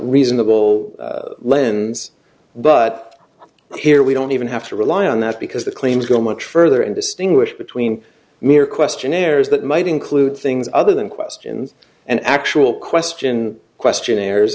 reasonable lens but here we don't even have to rely on that because the claims go much further and distinguish between mere questionnaires that might include things other than questions and actual question questionnaires